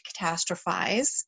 catastrophize